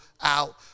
out